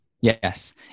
Yes